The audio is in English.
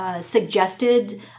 Suggested